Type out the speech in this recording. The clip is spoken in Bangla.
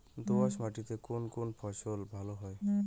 দোঁয়াশ মাটিতে কোন কোন ফসল ভালো হয়?